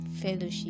fellowship